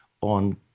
on